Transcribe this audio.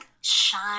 shine